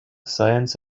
science